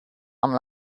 amb